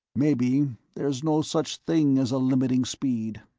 maybe there's no such thing as a limiting speed.